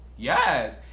yes